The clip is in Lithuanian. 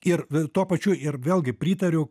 ir tuo pačiu ir vėlgi pritariu